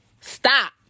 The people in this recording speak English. stop